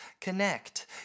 connect